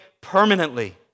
permanently